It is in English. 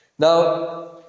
Now